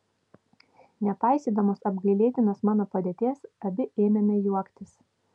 nepaisydamos apgailėtinos mano padėties abi ėmėme juoktis